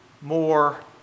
more